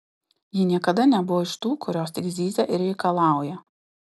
ji niekada nebuvo iš tų kurios tik zyzia ir reikalauja